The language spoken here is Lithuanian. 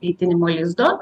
maitinimo lizdo